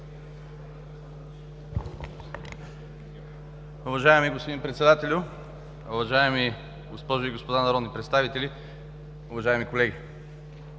Уважаеми господин Председател, уважаеми госпожи и господа народни представители, уважаеми госпожи